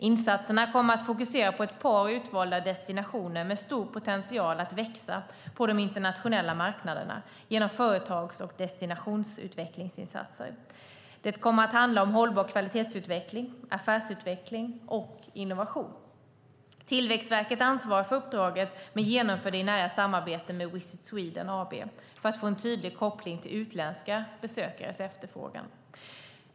Insatserna kommer att fokusera på ett par utvalda destinationer med stor potential att växa på de internationella marknaderna, genom företags och destinationsutvecklingsinsatser. Det kommer att handla om hållbar kvalitetsutveckling, affärsutveckling och innovation. Tillväxtverket ansvarar för uppdraget men genomför det i nära samarbete med Visit Sweden AB för att få en tydlig koppling till utländska besökares efterfrågan.